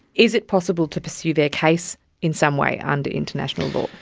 is it possible to pursue their case in some way under international law?